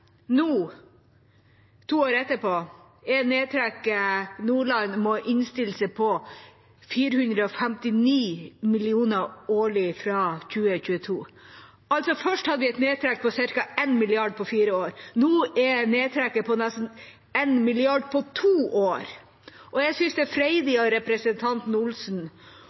Nå, to år etterpå, er nedtrekket som Nordland må innstille seg på, 459 mill. kr årlig fra 2022. Vi hadde altså først et nedtrekk på ca. 1 mrd. kr på fire år. Nå er nedtrekket på nesten 1 mrd. kr på to år. Jeg synes det er freidig av representanten Dagfinn Henrik Olsen